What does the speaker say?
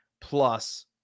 plus